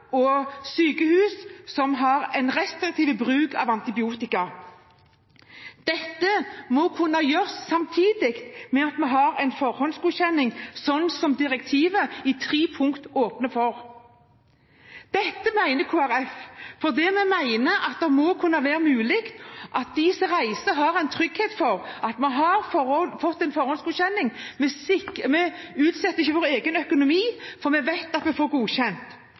og sykehus som har en restriktiv bruk av antibiotika. Dette må kunne gjøres samtidig med at man har en forhåndsgodkjenning, sånn som direktivet i tre punkter åpner for. Dette mener Kristelig Folkeparti, for vi mener at det må kunne være mulig at de som reiser, har en trygghet for å ha fått en forhåndsgodkjenning – man utsetter ikke egen økonomi, før man vet at man får godkjent.